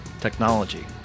technology